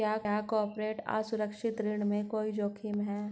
क्या कॉर्पोरेट असुरक्षित ऋण में कोई जोखिम है?